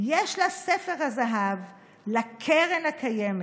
"יש לה ספר הזהב, / לקרן הקיימת,